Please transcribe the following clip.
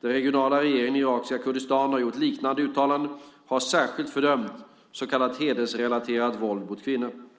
Den regionala regeringen i irakiska Kurdistan har gjort liknande uttalanden och har särskilt fördömt så kallat hedersrelaterat våld mot kvinnor.